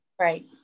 right